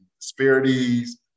Disparities